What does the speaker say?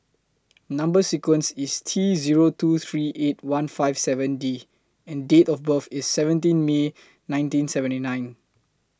Number sequence IS T Zero two three eight one five seven D and Date of birth IS seventeen May nineteen seventy nine